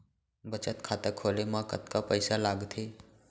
बचत खाता खोले मा कतका पइसा लागथे?